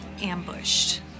ambushed